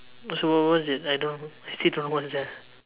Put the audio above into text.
also what was it I don't still don't know what is that